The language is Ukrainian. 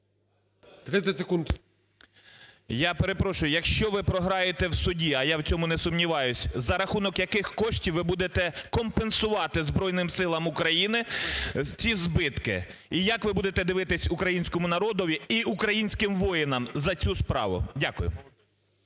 Ю.М. Я перепрошую, якщо ви програєте в суді, а я в цьому не сумніваюсь, за рахунок яких коштів ви будете компенсувати Збройним Силам України ці збитки і як ви будете дивитись українському народові і українським воїнам за цю справу? Дякую.